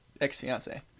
ex-fiance